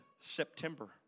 September